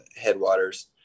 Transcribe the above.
headwaters